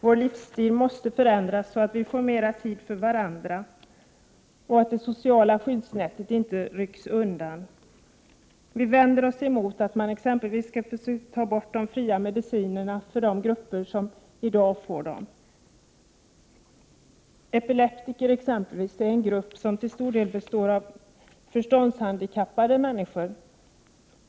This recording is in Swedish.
Vår livsstil måste förändras, så att vi får mera tid för varandra och så att det sociala skyddsnätet inte rycks undan. Vi vänder oss emot att man t.ex. vill ta bort de fria medicinerna för de grupper som i dag får dem. Epileptiker exempelvis är en grupp som till stor del består av förståndshandikappade människor.